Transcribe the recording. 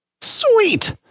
Sweet